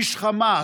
איש חמאס.